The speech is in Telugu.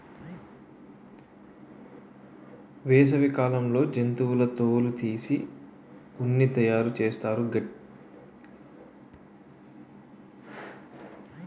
వేసవి కాలంలో జంతువుల తోలు తీసి ఉన్ని తయారు చేస్తారు గదేటి